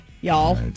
y'all